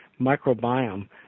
microbiome